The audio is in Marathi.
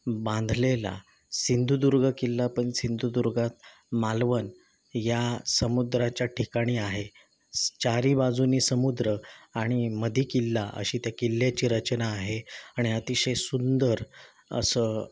बांधलेला सिंधुदुर्ग किल्ला पण सिंधुदुर्गात मालवण या समुद्राच्या ठिकाणी आहे चारी बाजुने समुद्र आणि मध्ये किल्ला अशी त्या किल्ल्याची रचना आहे आणि अतिशय सुंदर असं